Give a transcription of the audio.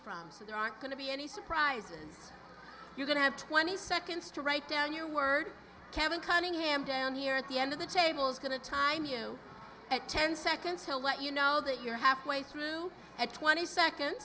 so there aren't going to be any surprises you're going to have twenty seconds to write down your words kevin cunningham down here at the end of the tables going to time you at ten seconds to let you know that you're halfway through at twenty second